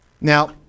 Now